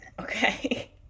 Okay